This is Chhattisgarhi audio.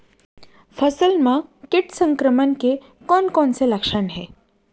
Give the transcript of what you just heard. फसल म किट संक्रमण के कोन कोन से लक्षण हे?